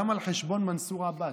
גם על חשבון מנסור עבאס.